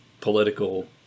political